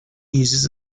uses